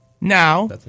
Now